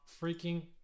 freaking